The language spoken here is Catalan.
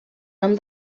nom